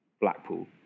Blackpool